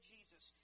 Jesus